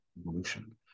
evolution